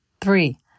Three